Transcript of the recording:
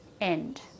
end